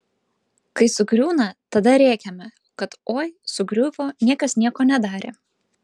kai sugriūna tada rėkiame kad oi sugriuvo niekas nieko nedarė